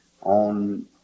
on